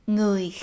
người